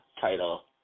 title